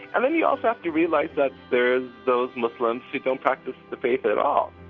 and then you also have to realize that there are those muslims who don't practice the faith at all,